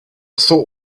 thought